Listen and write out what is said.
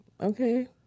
Okay